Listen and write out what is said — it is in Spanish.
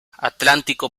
atlántico